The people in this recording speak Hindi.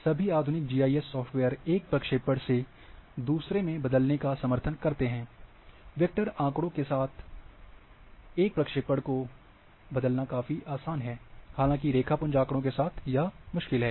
सभी आधुनिक जीआईएस सॉफ्टवेयर एक प्रक्षेपण से दूसरे में बदलने का समर्थन करते हैं वेक्टर आँकड़ों के साथ एक प्रक्षेपण को बदलना काफ़ी आसान है हालांकि रेखापुंज आँकड़ों के साथ यह मुश्किल है